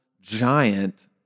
giant